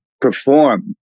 perform